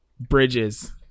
Bridges